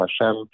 Hashem